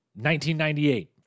1998